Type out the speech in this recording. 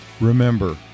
Remember